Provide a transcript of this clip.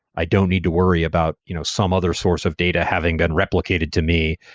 i don't need to worry about you know some other source of data having been replicated to me.